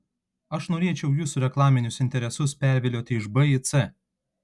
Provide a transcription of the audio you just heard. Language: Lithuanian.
aš norėčiau jūsų reklaminius interesus pervilioti iš b į c